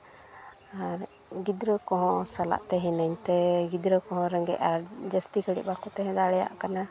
ᱟᱨ ᱜᱤᱫᱽᱨᱟᱹ ᱠᱚᱦᱚᱸ ᱥᱟᱞᱟᱜ ᱛᱮᱦᱮᱱᱤᱧ ᱛᱮ ᱜᱤᱫᱽᱨᱟᱹ ᱠᱚᱦᱚᱸ ᱨᱮᱸᱜᱮᱡ ᱟᱨ ᱡᱟᱹᱥᱛᱤ ᱜᱷᱟᱹᱲᱤᱡ ᱵᱟᱠᱚ ᱛᱟᱦᱮᱸ ᱫᱟᱲᱮᱭᱟᱜ ᱠᱟᱱᱟ